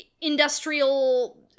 industrial